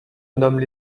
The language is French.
nomment